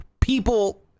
people